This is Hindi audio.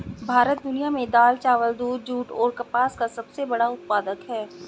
भारत दुनिया में दाल, चावल, दूध, जूट और कपास का सबसे बड़ा उत्पादक है